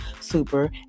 super